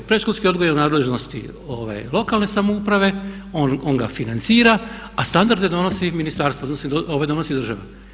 Predškolski odgoj je u nadležnosti lokalne samouprave, on ga financira a standarde donosi ministarstvo, donosi država.